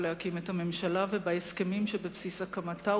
להקים את הממשלה ובהסכמים שבבסיס הקמתה,